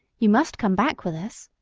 you must come back with us.